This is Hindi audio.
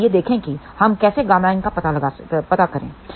तो आइए देखें कि हम कैसे Ƭin का पता करें